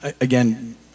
again